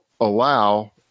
allow